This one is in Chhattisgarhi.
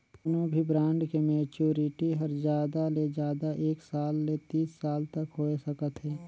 कोनो भी ब्रांड के मैच्योरिटी हर जादा ले जादा एक साल ले तीस साल तक होए सकत हे